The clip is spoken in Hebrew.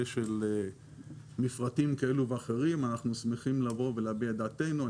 של מפרטים כאלה או אחרים אנחנו שמחים לבוא ולהביע את דעתנו.